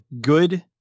good